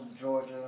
Georgia